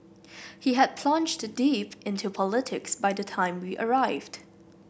he had plunged deep into politics by the time we arrived